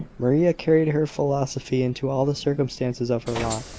maria carried her philosophy into all the circumstances of her lot,